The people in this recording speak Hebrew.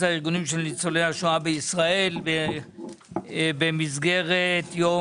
הארגונים של ניצולי השואה בישראל במסגרת ציון